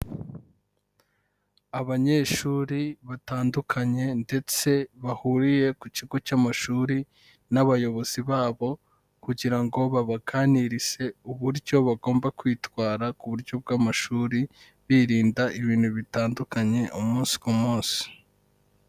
Abanyeshuri batandukanye ndetse bahuriye ku kigo cy'amashuri n'abayobozi babo kugira ngo babaganirize uburyo bagomba kwitwara ku buryo bw'amashuri, birinda ibintu bitandukanye umunsi ku munsi.